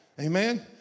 Amen